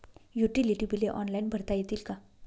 Utility बिले online भरता येतील का?